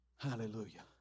Hallelujah